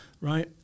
Right